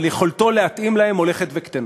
אבל יכולתו להתאים להן הולכת וקטנה.